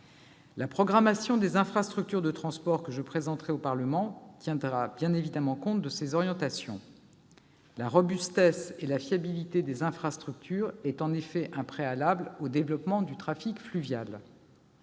La programmation des infrastructures de transport que je présenterai au Parlement tiendra bien évidemment compte de ces orientations. La robustesse et la fiabilité des infrastructures sont en effet un préalable au développement du trafic fluvial.